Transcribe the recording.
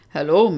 Hello